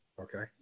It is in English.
okay